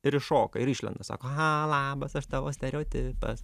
ir iššoka ir išlenda sako aha labas aš tavo stereotipas